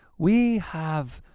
we have,